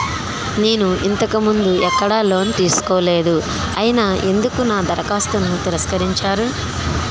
నేను ఇంతకు ముందు ఎక్కడ లోన్ తీసుకోలేదు అయినా ఎందుకు నా దరఖాస్తును తిరస్కరించారు?